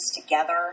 together